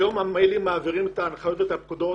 היום המיילים מעבירים את ההנחיות והפקודות,